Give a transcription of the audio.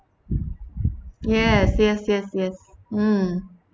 yes yes yes yes mm